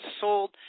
sold